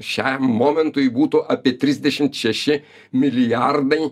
šiam momentui būtų apie trisdešimt šeši milijardai